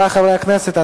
חברי חברי הכנסת,